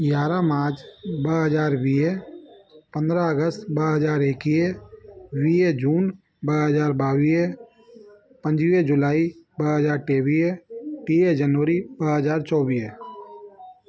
यारहं मार्च ॿ हज़ार वीह पंद्रहं अगस्त ॿ हज़ार एक्वीह वीह जून ॿ हज़ार ॿावीह पंजवीह जुलाई ॿ हज़ार टेवीह टीह जनवरी ॿ हज़ार चौवीह